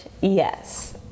yes